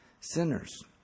sinners